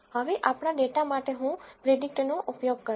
હવે આપણા ડેટા માટે હું પ્રીડીકટ નો ઉપયોગ કરીશ